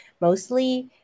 mostly